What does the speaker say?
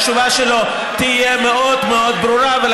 התשובה שלו תהיה מאוד מאוד ברורה.